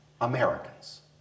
Americans